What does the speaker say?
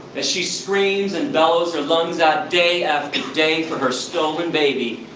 as she screams and bawls her lungs out day after day for her stolen baby,